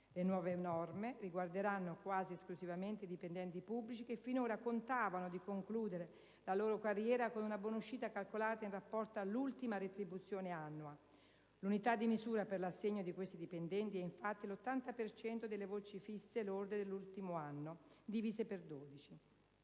Le nuove norme riguarderanno quasi esclusivamente i dipendenti pubblici, che finora contavano di concludere la loro carriera con una buonuscita calcolata in rapporto all'ultima retribuzione annua. L'unità di misura per l'assegno di questi dipendenti è infatti l'80 per cento delle voci fisse lorde dell'ultimo anno, divise per 12.